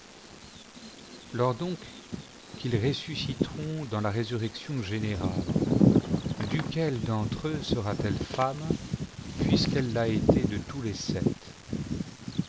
lors donc qu'ils ressusciteront dans la résurrection générale duquel d'entre eux sera t elie femme puisqu'elle l'a été de tous les sept